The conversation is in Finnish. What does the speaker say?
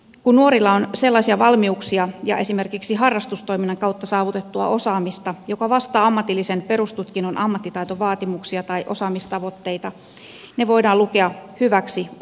kun nuorilla on sellaisia valmiuksia ja esimerkiksi harrastustoiminnan kautta saavutettua osaamista joka vastaa ammatillisen perustutkinnon ammattitaitovaatimuksia tai osaamistavoitteita ne voidaan lukea hyväksi osaksi tutkintoa